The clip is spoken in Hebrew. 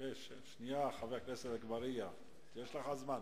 שנייה, חבר הכנסת אגבאריה, יש לך זמן.